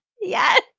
Yes